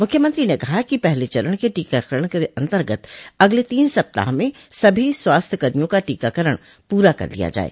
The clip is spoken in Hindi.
मुख्यंत्री ने कहा कि पहले चरण के टीकाकरण के अन्तर्गत अगले तीन सप्ताह में सभी स्वास्थ्यकर्मियों का टीकाकरण पूरा कर लिया जाये